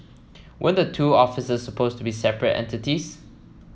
weren't the two offices supposed to be separate entities